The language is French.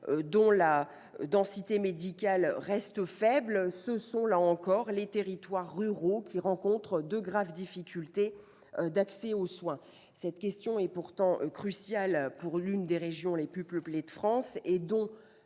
dont la densité médicale reste faible, ce sont, là encore, les territoires ruraux qui rencontrent de graves difficultés d'accès aux soins. Cette question est pourtant cruciale pour l'une des régions les plus peuplées de France et dont